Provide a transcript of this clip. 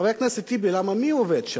חבר הכנסת טיבי, למה, מי עובד שם?